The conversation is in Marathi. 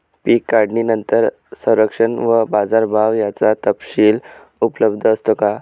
पीक काढणीनंतर संरक्षण व बाजारभाव याचा तपशील उपलब्ध असतो का?